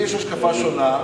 לי יש השקפה שונה,